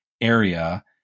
area